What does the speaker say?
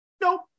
Nope